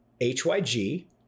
hyg